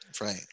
right